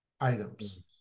items